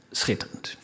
schitterend